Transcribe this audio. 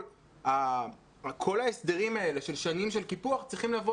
כל ההסדרים האלה של שנים של קיפוח צריכים לבוא